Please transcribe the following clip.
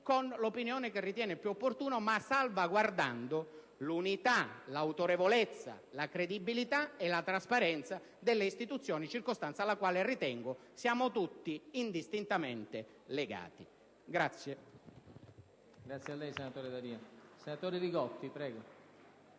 con l'opinione che ritiene più opportuna, salvaguardando però l'unità, l'autorevolezza, la credibilità e la trasparenza delle istituzioni, circostanza alla quale ritengo siamo tutti indistintamente legati.